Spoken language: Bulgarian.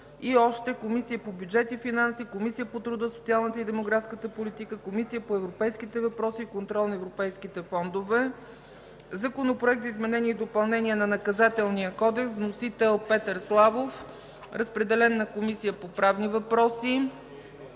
Комисията по бюджет и финанси, Комисията по труда, социалната и демографската политика, Комисията по европейските въпроси и контрол на европейските фондове. Законопроект за изменение и допълнение на Наказателния кодекс. Вносител е народния представител Петър Славов. Разпределен е на Комисията по правни въпроси.